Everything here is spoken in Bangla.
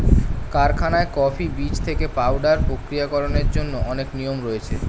কারখানায় কফি বীজ থেকে পাউডার প্রক্রিয়াকরণের জন্য অনেক নিয়ম রয়েছে